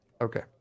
Okay